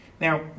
Now